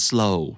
Slow